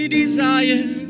desire